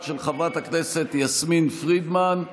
של חברת הכנסת יסמין פרידמן.